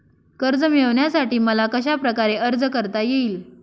कर्ज मिळविण्यासाठी मला कशाप्रकारे अर्ज करता येईल?